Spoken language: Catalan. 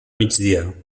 migdia